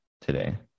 today